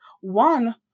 one